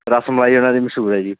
ਰਸਮਲਾਈ ਉਹਨਾਂ ਦੀ ਮਸ਼ਹੂਰ ਹੈ ਜੀ